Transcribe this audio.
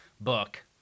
book